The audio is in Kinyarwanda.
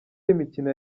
y’imikino